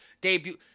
debut